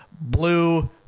blue